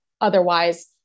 otherwise